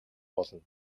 болно